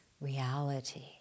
reality